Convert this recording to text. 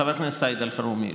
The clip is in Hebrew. חבר הכנסת סעיד אלחרומי,